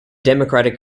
democratic